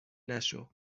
نشو